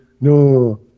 No